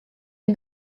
est